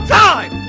time